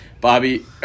Bobby